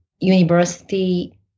University